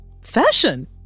Fashion